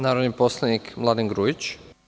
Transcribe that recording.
Narodni poslanik Mladen Grujić.